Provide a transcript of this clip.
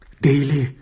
daily